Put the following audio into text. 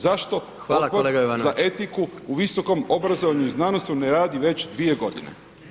Zašto Odbor [[Upadica predsjednik: Hvala kolega Jovanović.]] za etiku i visokom obrazovanju i znanosti ne radi već 2 godine?